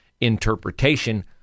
interpretation